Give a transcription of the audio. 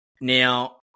Now